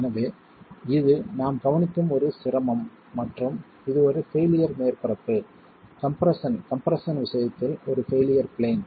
எனவே இது நாம் கவனிக்கும் ஒரு சிரமம் மற்றும் இது ஒரு பெயிலியர் மேற்பரப்பு கம்ப்ரெஸ்ஸன் கம்ப்ரெஸ்ஸன் விஷயத்தில் ஒரு பெயிலியர் பிளேன்